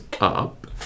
up